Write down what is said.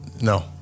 No